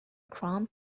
chrome